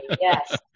Yes